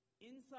inside